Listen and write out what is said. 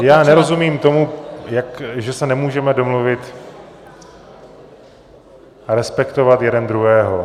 Já nerozumím tomu, že se nemůžeme domluvit respektovat jeden druhého.